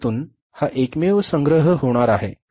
विक्रीतून हा एकमेव संग्रह होणार आहे